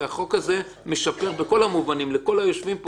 לגבי פגיעה בקטינים על-ידי אנשים שמקורבים,